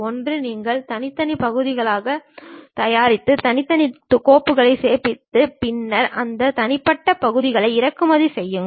ஒன்று நீங்கள் தனித்தனி பகுதிகளைத் தயாரித்து தனிப்பட்ட கோப்புகளைச் சேமித்து பின்னர் அந்த தனிப்பட்ட பகுதிகளை இறக்குமதி செய்யுங்கள்